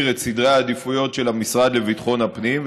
את סדרי העדיפויות של המשרד לביטחון הפנים.